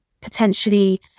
potentially